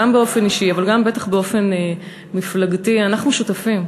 גם באופן אישי אבל גם בטח באופן מפלגתי: אנחנו שותפים,